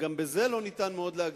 וגם בזה אי-אפשר מאוד להגזים,